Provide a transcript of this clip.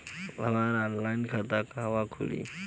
हमार ऑनलाइन खाता कहवा खुली?